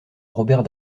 robert